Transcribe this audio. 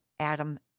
Adam